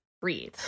breathe